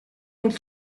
del